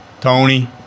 Tony